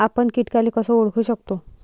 आपन कीटकाले कस ओळखू शकतो?